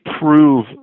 prove